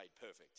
perfect